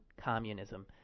communism